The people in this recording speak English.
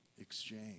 exchange